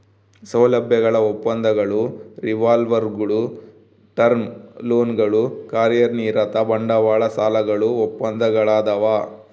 ಸೌಲಭ್ಯಗಳ ಒಪ್ಪಂದಗಳು ರಿವಾಲ್ವರ್ಗುಳು ಟರ್ಮ್ ಲೋನ್ಗಳು ಕಾರ್ಯನಿರತ ಬಂಡವಾಳ ಸಾಲಗಳು ಒಪ್ಪಂದಗಳದಾವ